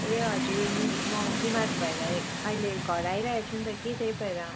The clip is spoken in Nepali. ए हजुर मिस म बिमार भएर अहिले घर आइरहेछु नि त कि त्यही भएर